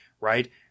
right